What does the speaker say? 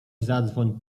zadzwoń